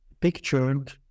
pictured